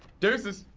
deuces.